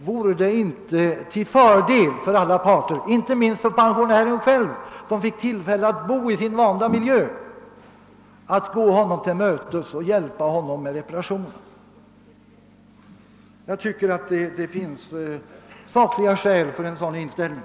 Vore det inte till fördel för alla parter, inte minst för pensionären själv, som fick tillfälle att bo i sin invanda miljö, att gå honom till mötes och hjälpa honom med reparationen? Jag tycker att det finns sakliga skäl för en sådan inställning.